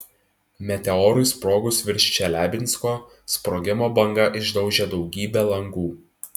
meteorui sprogus virš čeliabinsko sprogimo banga išdaužė daugybę langų